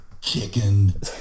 chicken